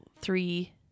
three